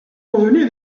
convenu